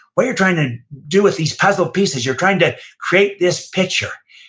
what you're trying to do with these puzzle pieces. you're trying to create this picture.